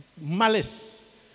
malice